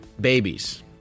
babies